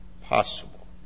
possible